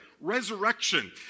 resurrection